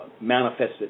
manifested